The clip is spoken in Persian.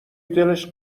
دلش